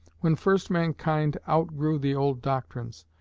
when first mankind outgrew the old doctrines,